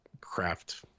craft